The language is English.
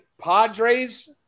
Padres